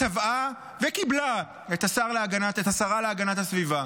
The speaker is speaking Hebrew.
תבעה וקיבלה את השרה להגנת הסביבה.